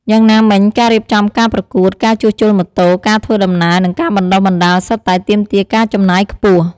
យ៉ាងណាមិញការរៀបចំការប្រកួត ការជួសជុលម៉ូតូ ការធ្វើដំណើរ និងការបណ្តុះបណ្តាលសុទ្ធតែទាមទារការចំណាយខ្ពស់។